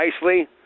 nicely